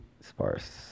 sparse